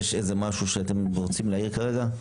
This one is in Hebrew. יש איזה משהו שאתם רוצים להעיר כרגע?